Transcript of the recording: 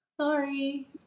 Sorry